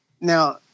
now